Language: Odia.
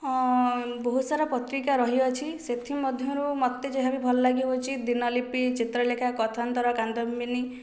ବହୁତସାରା ପତ୍ରିକା ରହିଅଛି ସେଥି ମଧ୍ୟରୁ ମୋତେ ଯାହାବି ଭଲ ଲାଗେ ହେଉଛି ଦିନଲିପି ଚିତ୍ରଲେଖା କଥାନ୍ତର କାଦମ୍ବିନୀ